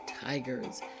tigers